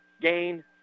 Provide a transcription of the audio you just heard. gain